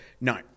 no